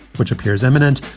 which appears imminent,